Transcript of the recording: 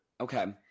Okay